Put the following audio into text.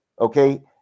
Okay